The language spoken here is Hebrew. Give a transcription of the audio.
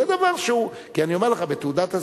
זה דבר שהוא, כי אני אומר לך, בתעודת הזהות,